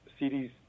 CDs